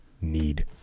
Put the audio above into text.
need